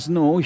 no